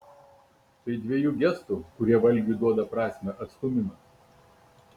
tai dvejų gestų kurie valgiui duoda prasmę atstūmimas